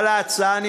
על-פי ההצעה,